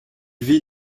vit